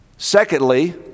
Secondly